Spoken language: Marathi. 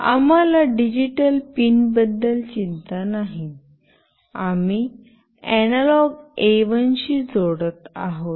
आम्हाला डिजिटल पिनबद्दल चिंता नाही आम्ही अनालॉग ए1 शी जोडत आहोत